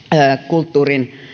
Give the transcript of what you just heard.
kulttuurin